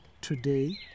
today